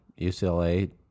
UCLA